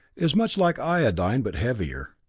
is much like iodine, but heavier.